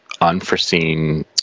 unforeseen